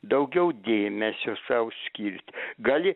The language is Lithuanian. daugiau dėmesio sau skirti gali